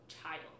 child